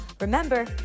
Remember